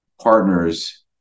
partners